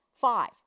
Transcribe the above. Five